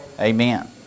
amen